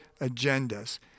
agendas